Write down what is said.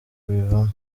kubivamo